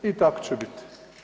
I tako će biti.